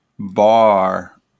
bar